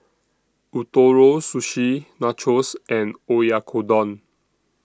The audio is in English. Ootoro Sushi Nachos and Oyakodon